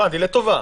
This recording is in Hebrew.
הבנתי, לטובה.